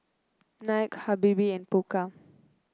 Nike Habibie and Pokka